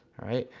alright.